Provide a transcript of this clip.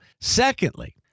Secondly